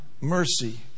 mercy